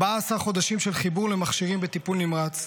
14 חודשים של חיבור למכשירים בטיפול נמרץ,